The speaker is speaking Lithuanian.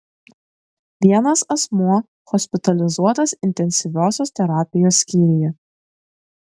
vienas asmuo hospitalizuotas intensyviosios terapijos skyriuje